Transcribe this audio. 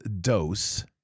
dose